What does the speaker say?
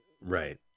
Right